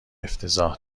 افتضاح